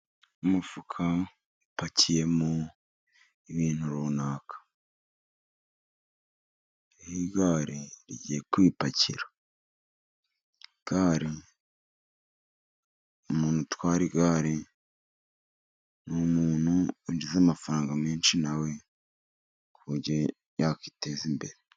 Imifuka ipakiyemo ibintu runaka. Iri gare rigiye kuyipakira. Igare, umuntu utwara igare, ni umuntu ugira amafaranga menshi, na we yakwiteza imbere.